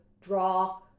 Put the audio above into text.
draw